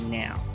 now